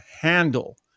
handle